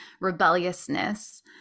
rebelliousness